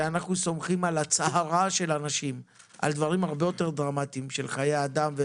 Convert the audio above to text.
סומכת על הצהרת האזרח בדברים הרבה יותר דרמטיים חיי אדם,